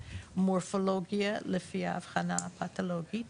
מורפולוגיה לפי האבחנה הפתולוגית,